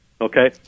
okay